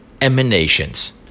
emanations